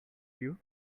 you